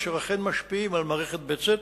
אשר אכן משפיעים על מערכת בצת,